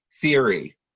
theory